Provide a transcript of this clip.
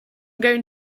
going